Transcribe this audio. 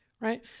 right